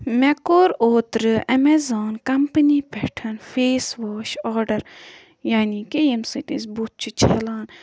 مےٚ کوٚر اوترٕ اٮ۪مزان کَمپٔنی پٮ۪ٹھ فیس واش آرڈر یعنی کہِ ییٚمہِ سۭتۍ أسۍ بُتھ چھِ چھَلان